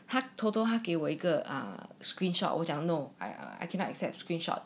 他偷偷给我一个 um screenshot 我讲 no I I cannot accept screenshot